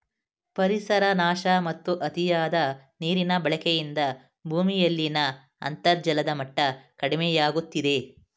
ಪರಿಸರ ನಾಶ ಮತ್ತು ಅತಿಯಾದ ನೀರಿನ ಬಳಕೆಯಿಂದ ಭೂಮಿಯಲ್ಲಿನ ಅಂತರ್ಜಲದ ಮಟ್ಟ ಕಡಿಮೆಯಾಗುತ್ತಿದೆ